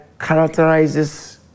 characterizes